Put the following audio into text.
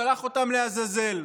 שלח אותם לעזאזל.